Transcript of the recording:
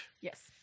Yes